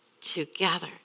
together